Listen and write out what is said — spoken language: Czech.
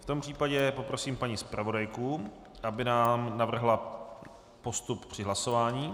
V tom případě poprosím paní zpravodajku, aby nám navrhla postup při hlasování.